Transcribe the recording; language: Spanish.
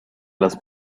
las